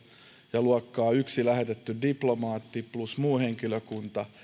ja luokkaa yksi lähetetty diplomaatti plus muu henkilökunta